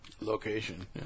Location